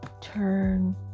turn